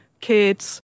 kids